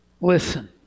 Listen